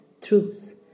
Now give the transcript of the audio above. truth